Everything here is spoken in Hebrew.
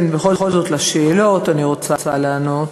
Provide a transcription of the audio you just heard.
ובכן, בכל זאת, על השאלות אני רוצה לענות.